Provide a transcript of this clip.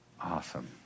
Awesome